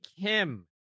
Kim